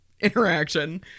interaction